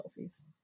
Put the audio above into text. selfies